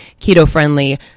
keto-friendly